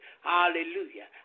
Hallelujah